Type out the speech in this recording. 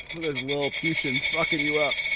with his lilliputians fucking you up.